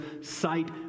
sight